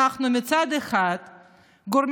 אני מזכיר